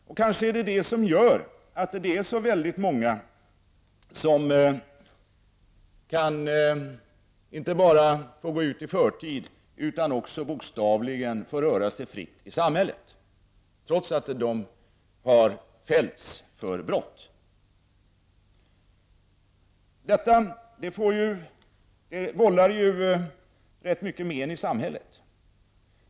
Det är kanske därför som det är så många som inte bara släpps ut i förtid utan också bokstavligen får röra sig fritt i samhället, trots att de har fällts för brott. Det här vållar ju rätt stora men i samhället.